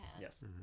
Yes